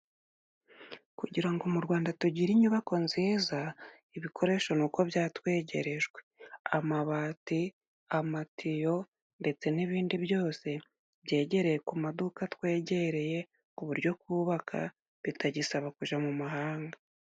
Kugira ngo mu Rwanda tugire inyubako nziza, ibikoresho ni uko byatwegerejwe. Amabati, amatiyo, ndetse n'ibindi byose byegereye ku maduka atwegereye, ku buryo kubaka bitagisaba kujya mu mahanga.